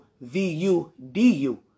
v-u-d-u